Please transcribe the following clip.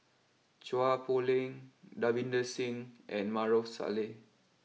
Chua Poh Leng Davinder Singh and Maarof Salleh